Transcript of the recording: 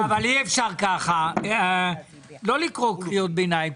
לא לקרוא קריאות ביניים.